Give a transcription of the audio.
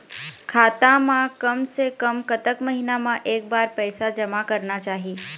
खाता मा कम से कम कतक महीना मा एक बार पैसा जमा करना चाही?